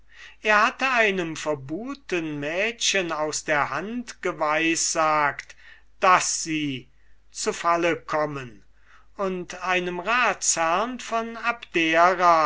er hatte einem verbuhlten mädchen aus der hand geweissagt daß sie zu falle kommen und einem ratsherrn von abdera